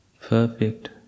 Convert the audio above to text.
perfect